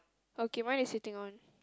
okay mine is sitting on